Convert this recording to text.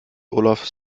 olaf